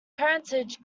parentage